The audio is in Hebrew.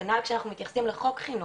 כנ"ל כשאנחנו מתייחסים לחוק חינוך,